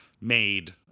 made